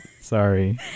Sorry